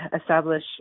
establish